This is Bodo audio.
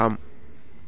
थाम